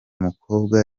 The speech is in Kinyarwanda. mukobwa